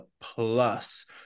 plus